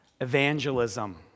evangelism